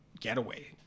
getaway